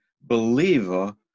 believer